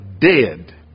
dead